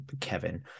Kevin